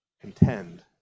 contend